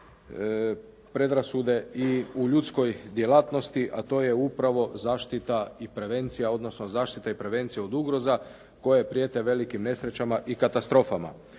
predrasude i u ljudskoj djelatnosti, a to je upravo zaštita i prevencija, odnosno zaštita i prevencija od ugroza koje prijete velikim nesrećama i katastrofama.